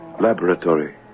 laboratory